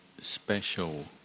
special